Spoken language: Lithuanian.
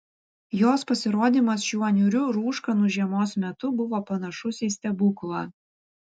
jos pasirodymas šiuo niūriu rūškanu žiemos metu buvo panašus į stebuklą